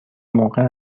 موقع